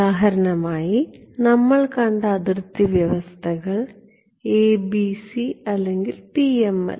ഉദാഹരണമായി നമ്മൾ കണ്ട അതിർത്തി വ്യവസ്ഥകൾ ABC അല്ലെങ്കിൽ PML